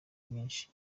mwinshi